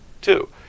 Two